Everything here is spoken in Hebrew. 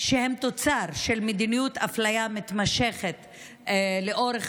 שהן תוצר של מדיניות אפליה מתמשכת לאורך